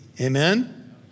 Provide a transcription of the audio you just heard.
Amen